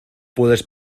puedes